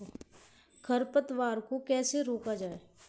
खरपतवार को कैसे रोका जाए?